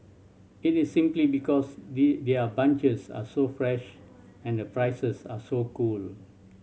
it is simply because they their bunches are so fresh and the prices are so cool